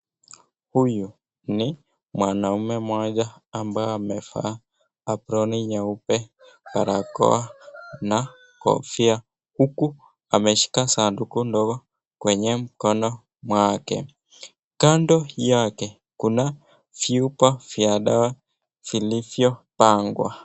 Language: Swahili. Huyu ni mwanaume mmoja ambaye amevaa aproni nyeupe barakoa na kofia huku ameshika sanduku ndogo kwenye mkono mwake. Kando yake kuna vyombo vya dawa vilivyopangwa.